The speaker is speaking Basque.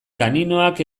kaninoak